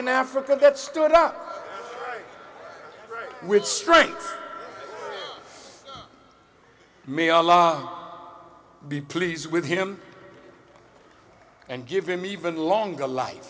in africa that stood up which strikes may allah be pleased with him and give him even longer life